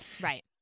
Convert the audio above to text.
Right